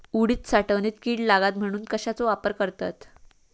उडीद साठवणीत कीड लागात म्हणून कश्याचो वापर करतत?